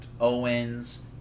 Owens